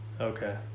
Okay